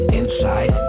inside